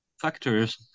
Factors